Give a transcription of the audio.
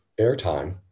airtime